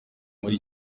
muri